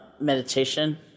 meditation